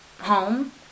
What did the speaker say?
home